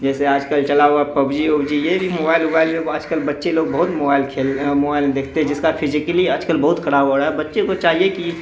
جیسے آج کل چلا ہوا پب جی اب جی یہ بھی موبائل ابائل میں وہ آج کل بچے لوگ بہت موبائل کھیل موبائل میں دیکھتے جس کا پھجیکلی آج کل بہت خراب ہو رہا ہے بچے کو چاہیے کہ